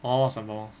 oh sembawang